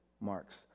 marks